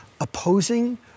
opposing